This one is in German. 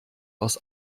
aus